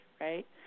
right